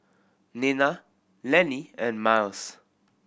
Nena Lanny and Myles